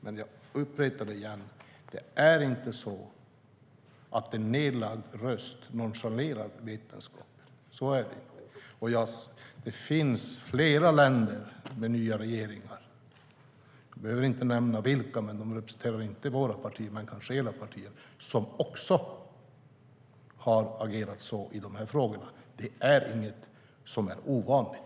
Men jag upprepar det igen: det är inte så att en nedlagd röst nonchalerar vetenskapen. Det finns flera länder med nya regeringar - jag behöver inte nämna vilka, för de representerar inte vårt parti, men kanske ert - som också har agerat så i de här frågorna. Det är inget som är ovanligt.